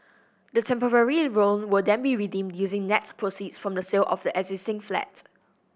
the temporary loan will then be redeemed using net proceeds from the sale of the existing flat